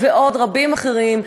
ועוד רבים אחרים,